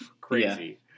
crazy